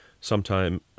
sometime